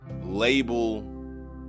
label